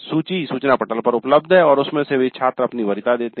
सूची सूचना पटल पर उपलब्ध है और उसमें से छात्र अपनी वरीयता देते हैं